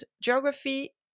geography